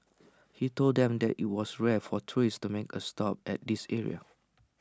he told them that IT was rare for tourists to make A stop at this area